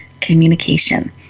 communication